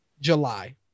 July